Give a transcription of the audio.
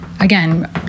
Again